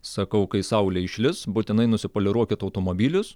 sakau kai saulė išlįs būtinai nusipoliruokit automobilius